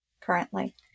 currently